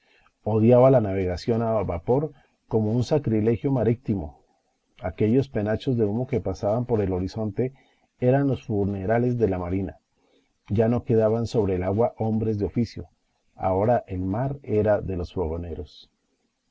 odiaba la navegación a vapor como un sacrilegio marítimo aquellos penachos de humo que pasaban por el horizonte eran los funerales de la marina ya no quedaban sobre el agua hombres de oficio ahora el mar era de los fogoneros